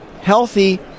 healthy